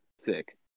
Sick